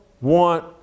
want